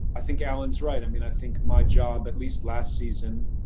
i think alan's right, i mean, i think my job, at least last season,